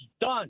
done